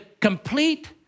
complete